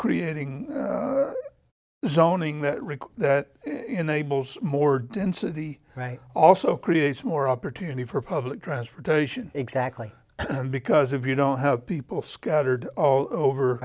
rick that enables more density right also creates more opportunity for public transportation exactly because if you don't have people scattered all over